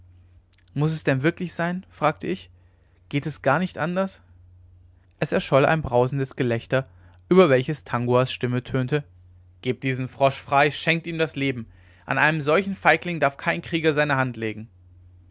muß es denn wirklich sein fragte ich geht es gar nicht anders es erscholl ein brausendes gelächter über welches tanguas stimme tönte gebt diesen frosch frei schenkt ihm das leben an einen solchen feigling darf kein krieger seine hand legen